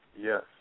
yes